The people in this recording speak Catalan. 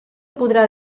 podrà